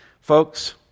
folks